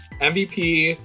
MVP